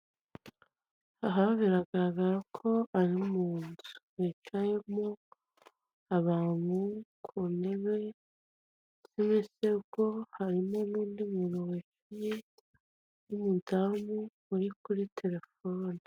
Aha biragaragara ko ari mu nzu, hicayemo abantu ku ntebe z'imisego, harimo n'undi muntu wicaye, w'umudamu, uri kuri telefone.